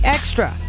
Extra